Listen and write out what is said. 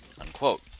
unquote